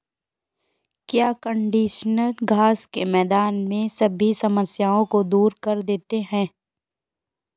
क्या कंडीशनर घास के मैदान में सभी समस्याओं को दूर कर देते हैं?